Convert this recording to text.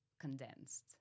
condensed